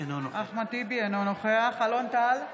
אינו נוכח אלון טל,